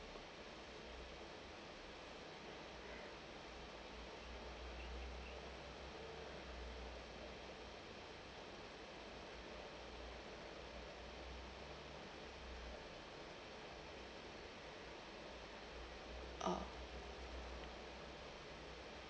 oh